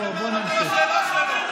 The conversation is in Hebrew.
בוא נמשיך.